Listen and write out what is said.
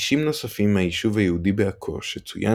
אישים נוספים מהיישוב היהודי בעכו שצוין